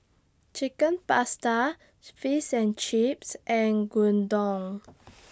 Chicken Pasta Fish and Chips and Gyudon